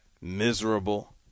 miserable